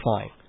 fine